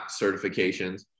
certifications